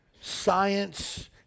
science